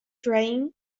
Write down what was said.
drying